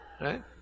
Right